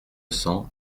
cents